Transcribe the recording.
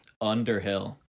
underhill